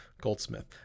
goldsmith